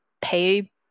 pay